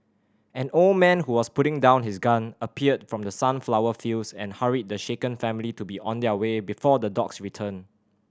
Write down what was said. an old man who was putting down his gun appeared from the sunflower fields and hurried the shaken family to be on their way before the dogs return